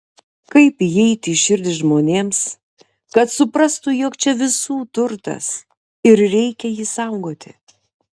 kaip įeiti į širdį žmonėms kad suprastų jog čia visų turtas ir reikia jį saugoti